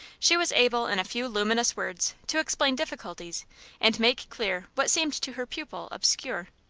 she was able in a few luminous words to explain difficulties and make clear what seemed to her pupil obscure.